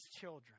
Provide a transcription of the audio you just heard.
children